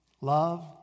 love